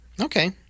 Okay